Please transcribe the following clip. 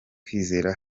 kwizera